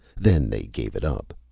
then they gave it up.